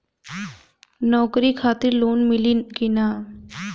नौकरी खातिर लोन मिली की ना?